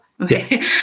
okay